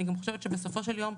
אני גם חושבת שבסופו של יום,